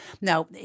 Now